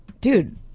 Dude